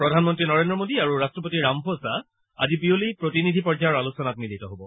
প্ৰধানমন্ত্ৰী নৰেন্দ্ৰ মোদী আৰু ৰাট্টপতি ৰামফোছা আজি বিয়লি প্ৰতিনিধি পৰ্যায়ৰ আলোচনাত মিলিত হ'ব